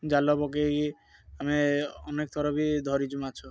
ଜାଲ୍ ପକେଇକି ଆମେ ଅନେକଥର ବି ଧରିଛୁ ମାଛ